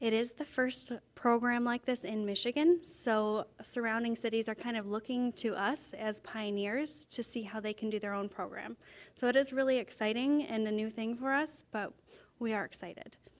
it is the first program like this in michigan so surrounding cities are kind of looking to us as pioneers to see how they can do their own program so it is really exciting and a new thing for us but we are excited